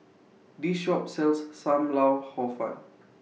This Shop sells SAM Lau Hor Fun